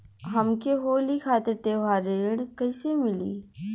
हमके होली खातिर त्योहारी ऋण कइसे मीली?